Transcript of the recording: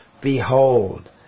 behold